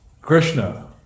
Krishna